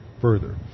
further